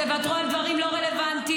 תוותרו על דברים לא רלוונטיים,